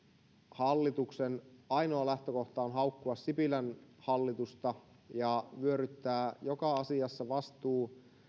hallituksen ainoa lähtökohta on haukkua sipilän hallitusta ja vyöryttää joka asiassa vastuu